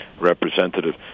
representative